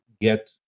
get